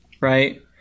right